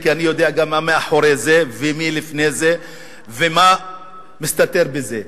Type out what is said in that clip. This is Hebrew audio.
כי אני יודע גם מה מאחורי זה ומי לפני זה ומה מסתתר בזה.